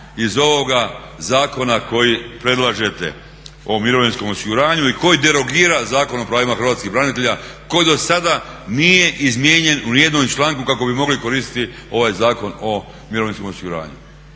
iz ovoga zakona koji predlažete o mirovinskom osiguranju i koji derogira Zakon o pravima Hrvatskih branitelja, koji dosada nije izmijenjen u ni jednom članku kako bi mogli koristiti ovaj Zakon o mirovinskom osiguranju.